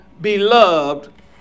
Beloved